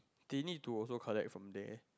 they need to also collect from there